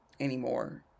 anymore